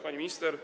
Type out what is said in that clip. Pani Minister!